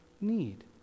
need